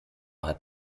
hat